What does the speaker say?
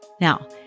Now